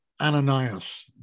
Ananias